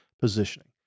positioning